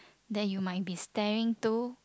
that you might be staring to